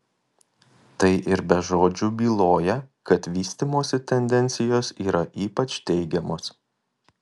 tai ir be žodžių byloja kad vystymosi tendencijos yra ypač teigiamos